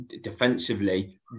defensively